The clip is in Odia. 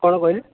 କ'ଣ କହିଲେ